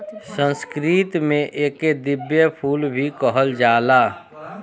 संस्कृत में एके दिव्य फूल भी कहल जाला